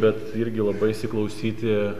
bet irgi labai įsiklausyti